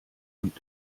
und